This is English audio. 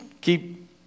keep